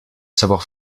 savoir